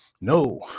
No